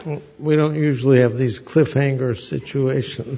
that we don't usually have these cliffhanger situation